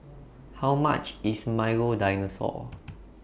How much IS Milo Dinosaur